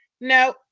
no